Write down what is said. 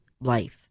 life